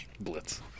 Blitz